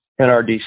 NRDC